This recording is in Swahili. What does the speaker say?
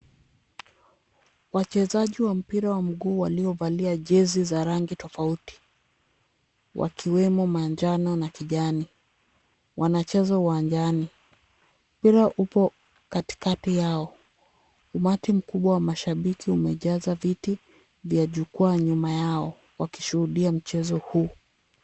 Wachezaji wa mpira ya miguu waliovalia jeza za rangi tofauti ,wakiwemo manjano na kijani Wanacheza uwanjani. Mpira upo katikati yao. Umati mkubwa wa mashabiki umejaza viti vya jukwaa nyuma yao wakishuhudia mchezo huu.